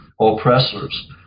oppressors